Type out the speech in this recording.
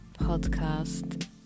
podcast